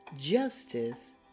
Justice